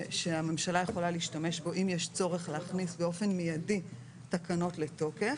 שהממשלה יכולה להשתמש בו אם יש צורך להכניס באופן מיידי תקנות לתוקף.